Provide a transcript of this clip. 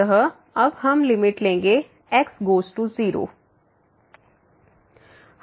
अतः अब हम लिमिट लेंगे x→0